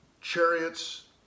chariots